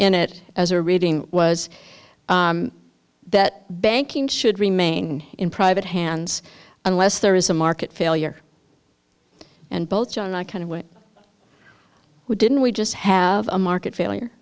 in it as a reading was that banking should remain in private hands unless there is a market failure and both john and i kind of went we didn't we just have a market failure